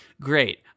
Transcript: great